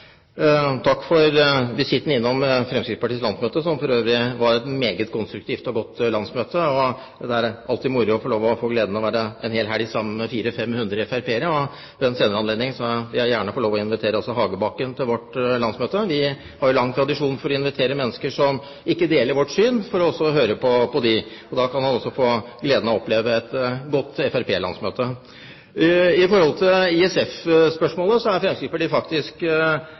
Takk for visitten innom Fremskrittspartiets landsmøte, som for øvrig var et meget konstruktivt og godt landsmøte. Det er alltid moro å få gleden av å være en hel helg sammen med 400–500 FrP-ere, og ved en senere anledning vil jeg gjerne få lov til å invitere også Hagebakken til vårt landsmøte. Vi har en lang tradisjon for også å invitere mennesker som ikke deler vårt syn, for å høre på dem. Da kan han også få gleden av å oppleve et godt FrP-landsmøte. Når det gjelder ISF, er Fremskrittspartiet faktisk